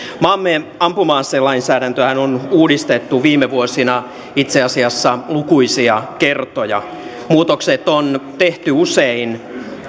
maamme ampuma aselainsäädäntöä on uudistettu viime vuosina itse asiassa lukuisia kertoja muutokset on tehty usein